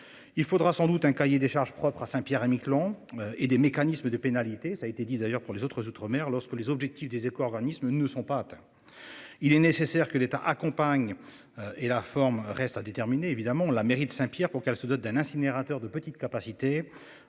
Il faudra sans doute un cahier des charges propre à Saint-Pierre-et-Miquelon. Et des mécanismes de pénalités. Ça a été dit d'ailleurs pour les autres Outre-mer lorsque les objectifs des éco-organismes ne sont pas atteints. Il est nécessaire que l'État accompagne. Et la forme reste à déterminer évidemment la mairie de Saint-Pierre pour qu'elle se dote d'un incinérateur de petite capacité